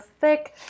thick